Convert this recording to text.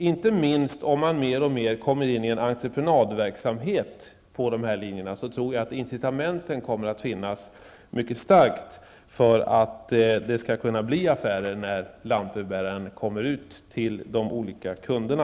Inte minst om man mer och mer kommer in i en entreprenadverksamhet på de här linjerna tror jag att det kommer att finnas mycket starka incitament för att det skall kunna bli affärer när lantbrevbäraren kommer ut till de olika kunderna.